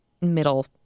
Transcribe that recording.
middle